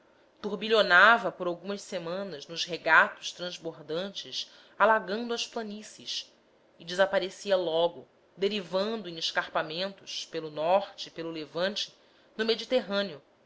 endurecido turbilhonava por algumas semanas nos regatos transbordantes alagando as planícies e desaparecia logo derivando em escarpamentos pelo norte e pelo levante no mediterrâneo